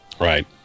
Right